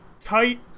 tight